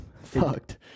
Fucked